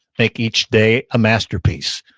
make each day a masterpiece.